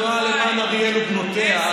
השדולה למען אריאל ובנותיה.